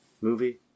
movie